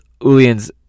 Ulian's